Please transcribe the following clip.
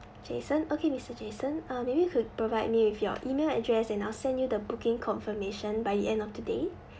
jason okay mister jason uh maybe you could provide me with your email address and I'll send you the booking confirmation by the end of the day